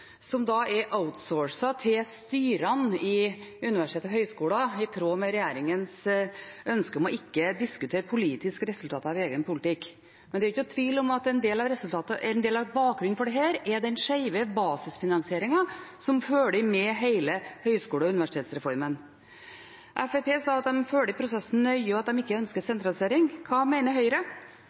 som er outsourcet til styrene ved universitet og høgskoler, i tråd med regjeringens ønske om ikke å diskutere politiske resultater av egen politikk. Det er ikke noen tvil om at en del av bakgrunnen for dette er den skjeve basisfinansieringen som følger med hele universitets- og høgskolereformen. Fremskrittspartiet sa at de følger prosessen nøye, og at de ikke ønsker sentralisering. Hva mener Høyre?